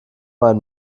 einen